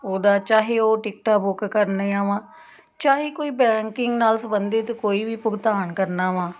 ਉਹਦਾ ਚਾਹੇ ਉਹ ਟਿਕਟਾਂ ਬੁੱਕ ਕਰਨੀਆਂ ਵਾ ਚਾਹੇ ਕੋਈ ਬੈਂਕਿੰਗ ਨਾਲ਼ ਸੰਬੰਧਿਤ ਕੋਈ ਵੀ ਭੁਗਤਾਨ ਕਰਨਾ ਵਾ